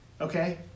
Okay